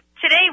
Today